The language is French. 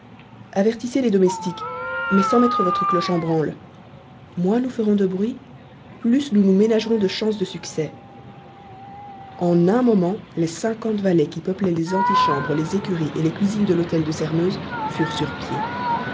avertissez les domestiques mais sans mettre votre cloche en branle moins nous ferons du bruit plus nous nous ménagerons de chances de succès en un moment les cinquante valets qui peuplaient les antichambres les écuries et les cuisines de l'hôtel de sairmeuse furent sur pied